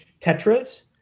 Tetras